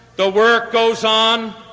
the work goes on.